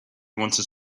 wanted